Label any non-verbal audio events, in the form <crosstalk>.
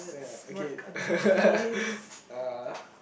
yeah okay <laughs> uh